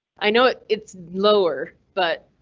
i know it's it's lower, but.